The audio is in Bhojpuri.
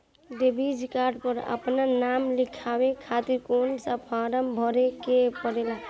डेबिट कार्ड पर आपन नाम लिखाये खातिर कौन सा फारम भरे के पड़ेला?